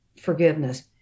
forgiveness